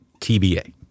TBA